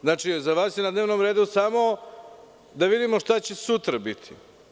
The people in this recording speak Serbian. Za vas je na dnevnom redu samo da vidimo šta će sutra biti.